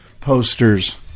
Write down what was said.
posters